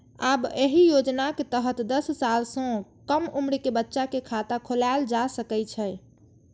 आब एहि योजनाक तहत दस साल सं कम उम्र के बच्चा के खाता खोलाएल जा सकै छै